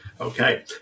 Okay